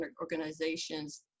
organizations